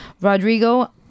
Rodrigo